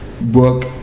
book